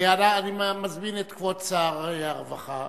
אני מזמין את כבוד שר הרווחה,